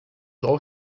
law